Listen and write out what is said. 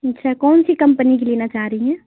اچھا کون سی کمپنی کی لینا چاہ رہی ہیں